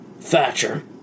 Thatcher